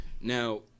Now